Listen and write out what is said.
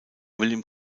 william